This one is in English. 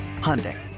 Hyundai